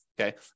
okay